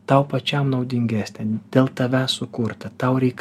tau pačiam naudingesnę dėl tavęs sukurtą tau reik